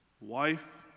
wife